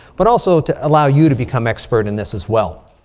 but also to allow you to become expert in this as well.